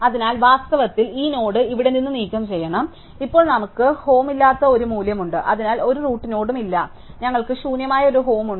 അതിനാൽ വാസ്തവത്തിൽ ഈ നോഡ് ഇവിടെ നിന്ന് നീക്കംചെയ്യണം അതിനാൽ ഇപ്പോൾ നമുക്ക് ഹോമിലാത്ത ഒരു മൂല്യമുണ്ട് അതിന് ഒരു റൂട്ട് നോഡും ഇല്ല ഞങ്ങൾക്ക് ശൂന്യമായ ഒരു ഹോം ഉണ്ട്